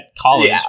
college